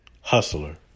Hustler